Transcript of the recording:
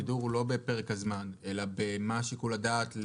הגידור הוא לא בפרק הזמן אלא במה שיקול הדעת.